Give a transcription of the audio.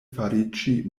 fariĝi